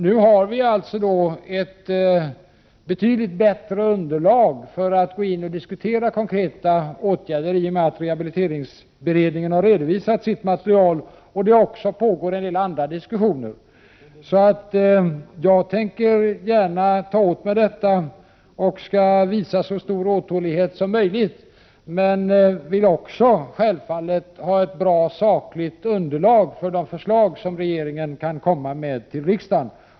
Nu har vi alltså ett betydligt bättre underlag för att gå in och diskutera konkreta förslag i och med att rehabiliteringsberedningen har redovisat sitt material och det också pågår andra diskussioner. Jag tar gärna åt mig detta och skall visa så stor otålighet som möjligt men vill också självfallet ha ett bra och sakligt underlag för de förslag som regeringen kan komma med till riksdagen.